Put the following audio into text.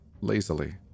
lazily